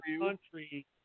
country